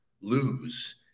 lose